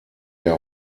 der